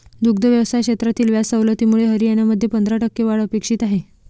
दुग्ध व्यवसाय क्षेत्रातील व्याज सवलतीमुळे हरियाणामध्ये पंधरा टक्के वाढ अपेक्षित आहे